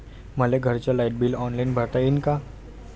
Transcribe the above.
मले घरचं light bill online भरता येईन का?